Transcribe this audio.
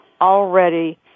already